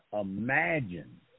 imagine